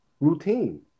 routine